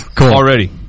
already